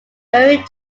buried